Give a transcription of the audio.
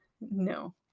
No